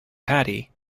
patty